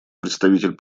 представитель